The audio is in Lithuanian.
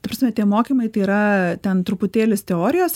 ta prasme tie mokymai tai yra ten truputėlis teorijos